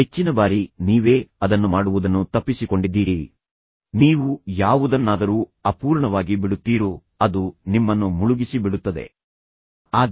ಹೆಚ್ಚಿನ ಬಾರಿ ನೀವೇ ನಿಮ್ಮನ್ನು ಆ ಮಟ್ಟಕ್ಕೆ ಕೊಂಡೊಯ್ದಿದ್ದೀರಿ ಏಕೆಂದರೆ ನೀವು ಅದನ್ನು ಮಾಡುವುದನ್ನು ತಪ್ಪಿಸಿಕೊಂಡಿದ್ದೀರಿ ನೀವು ಯಾವುದನ್ನಾದರೂ ಅಪೂರ್ಣವಾಗಿ ಬಿಡುತ್ತೀರೋ ಅದು ನಿಮ್ಮನ್ನು ಮುಳುಗಿಸಿಬಿಡುತ್ತದೆ ಮತ್ತು ನಂತರ ನೀವು ಆ ಹಂತ ತಲುಪುತ್ತೀರಿ